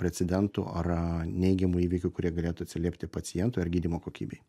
precedentų ar neigiamų įvykių kurie galėtų atsiliepti pacientui ir gydymo kokybei